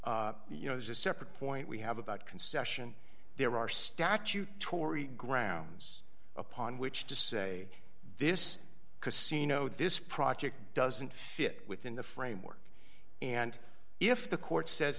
you know as a separate point we have about concession there are statute tory grounds upon which to say this because seen oh this project doesn't fit within the framework and if the court says